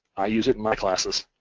i use it in my classes.